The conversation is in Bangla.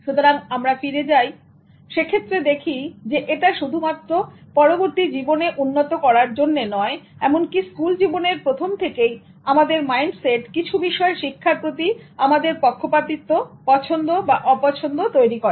সুতরাং আমরা ফিরে যাই সেক্ষেত্রে দেখি এটা শুধুমাত্র পরবর্তী জীবনে উন্নত করার নয় এমনকি স্কুল জীবনের প্রথম থেকেই আমাদের মাইন্ডসেট কিছু বিষয় শিক্ষার প্রতি আমাদের পক্ষপাতিত্বপছন্দ বা অপছন্দ তৈরী করে